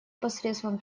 посредством